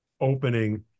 opening